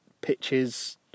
pitches